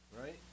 Right